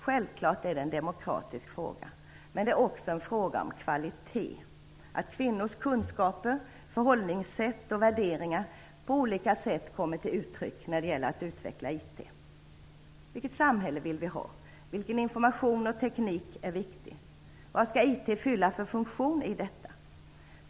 Självklart är det en demokratisk fråga, men det är också en fråga om kvalitet. Det handlar om att kvinnors kunskaper, förhållningssätt och värderingar på olika sätt kommer till uttryck när det gäller att utveckla IT. Vilket samhälle vill vi ha? Vilken information och teknik är viktig? Vad skall IT fylla för funktion?